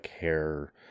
hair